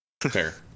Fair